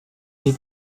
die